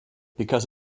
because